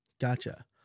Gotcha